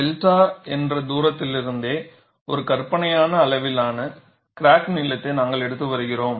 𝛅 என்ற தூரத்திலிருந்தே ஒரு கற்பனையான அளவிலான கிராக் நீளத்தை நாங்கள் எடுத்து வருகிறோம்